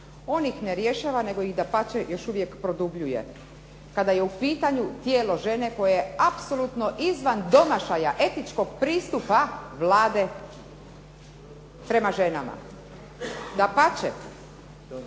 On ih ne rješava nego ih dapače produbljuje. Kada je u pitanju tijelo žene koje je apsolutno izvan domašaja etičkog pristupa Vlade prema ženama. Dapače,